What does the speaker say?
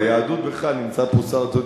ביהדות, בכלל, נמצא פה שר הדתות.